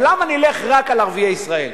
אבל, למה נלך רק על ערביי ישראל?